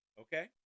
Okay